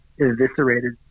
eviscerated